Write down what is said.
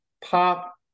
pop